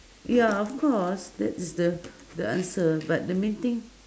ya of course that is the the answer but the main thing